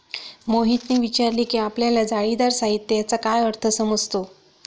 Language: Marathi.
मोहितने विचारले की आपल्याला जाळीदार साहित्य याचा काय अर्थ समजतो?